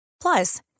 Plus